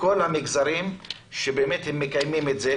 -- לכל המגזרים שבאמת מקיימים את זה.